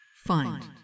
Find